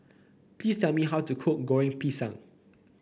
please tell me how to cook Goreng Pisang